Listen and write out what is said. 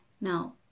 Now